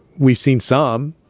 we've seen some,